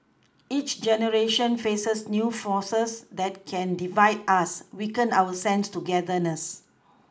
each generation faces new forces that can divide us weaken our sense of togetherness